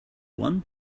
one